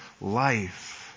life